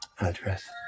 Address